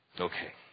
Okay